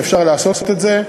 ואפשר לעשות את זה.